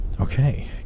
Okay